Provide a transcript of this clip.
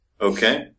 Okay